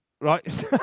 right